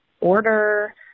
order